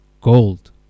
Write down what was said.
Gold